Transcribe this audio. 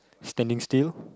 standing still